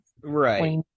right